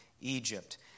Egypt